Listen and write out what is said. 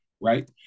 right